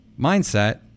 mindset